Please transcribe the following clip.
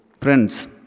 Friends